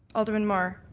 alderman mar?